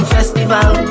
Festival